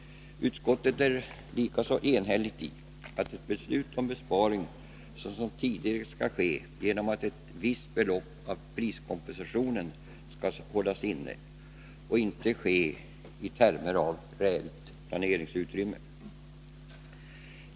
Utskottet anser, likaså enhälligt, att en besparing såsom tidigare skall ske genom att ett visst belopp av priskompensationen skall hållas inne och inte ske i termer av reellt planeringsutrymme.